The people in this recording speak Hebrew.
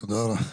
תודה רבה,